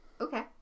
Okay